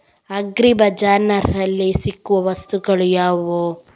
Agri ಬಜಾರ್ನಲ್ಲಿ ಸಿಗುವ ವಸ್ತುಗಳು ಯಾವುವು?